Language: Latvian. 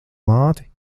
māti